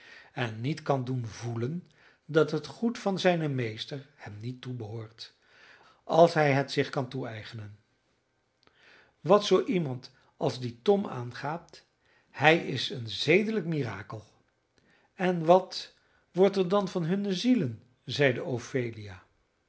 en niet kan doen voelen dat het goed van zijnen meester hem niet toebehoort als hij het zich kan toeëigenen wat zoo iemand als dien tom aangaat hij is een zedelijk mirakel en wat wordt er dan van hunne zielen zeide ophelia